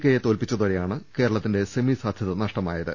കെയെ തോൽപ്പിച്ചതോടെയാണ് കേരളത്തിന്റെ സെമി സാധൃത നഷ്ടമായത്